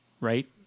right